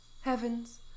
Heavens